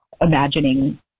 imagining